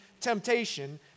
temptation